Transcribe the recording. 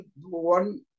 one